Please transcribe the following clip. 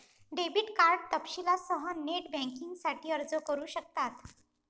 debit card तपशीलांसह net बँकिंगसाठी अर्ज करू शकतात